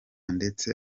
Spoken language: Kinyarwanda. ndetse